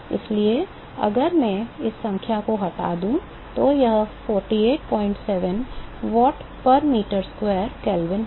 इसलिए अगर मैं इस संख्या को हटा दूं तो यह 487 watt per meter square Kelvin होगा